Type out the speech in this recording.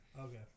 Okay